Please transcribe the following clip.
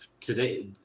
Today